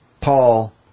Paul